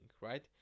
right